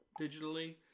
digitally